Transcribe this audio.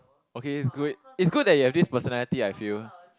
okay it's good it's good that you have this personality I feel